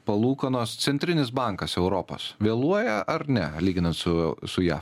palūkanos centrinis bankas europos vėluoja ar ne lyginant su su jav